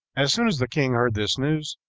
as soon as the king heard this news,